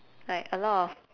like a lot of